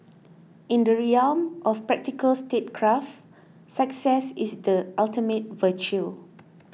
in the realm of practical statecraft success is the ultimate virtue